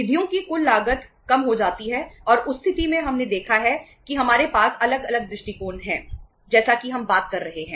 निधियों की कुल लागत कम हो जाती है और उस स्थिति में हमने देखा है कि हमारे पास अलग अलग दृष्टिकोण हैं जैसा कि हम बात कर रहे हैं